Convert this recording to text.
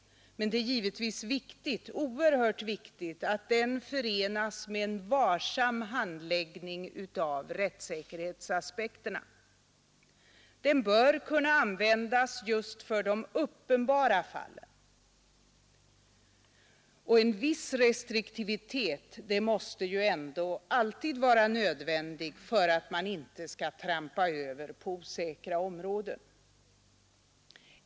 Dock är det givetvis viktigt — oerhört viktigt — att den förenas med en varsam handläggning av rättssäkerhetsaspekterna. Den bör kunna användas just för de uppenbara fallen. En viss restriktivitet är ju ändå alltid nödvändig för att man inte skall trampa över på osäkra områden.